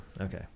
Okay